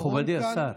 מכובדי השר,